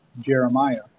Jeremiah